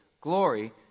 glory